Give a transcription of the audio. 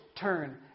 turn